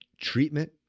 treatment